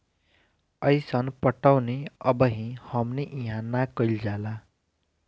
अइसन पटौनी अबही हमनी इन्हा ना कइल जाला